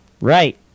Right